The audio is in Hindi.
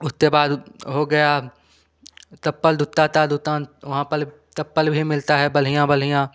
उसके बाद हो गया चप्पल जूता का दुकान वहाँ पर चप्पल भी मिलता है बढ़िया बढ़िया